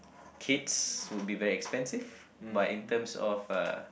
kids would be very expensive but in terms of uh